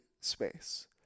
space